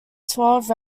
twelve